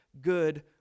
good